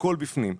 הכול בפנים,